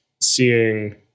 seeing